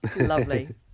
Lovely